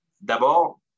D'abord